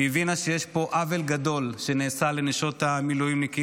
היא הבינה שיש פה עוול גדול שנעשה לנשות המילואימניקים,